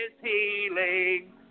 healing